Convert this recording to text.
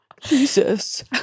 Jesus